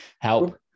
help